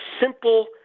simple